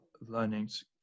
learnings